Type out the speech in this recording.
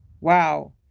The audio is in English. Wow